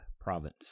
province